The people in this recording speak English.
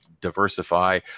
diversify